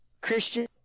christian